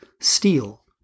steel